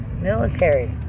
military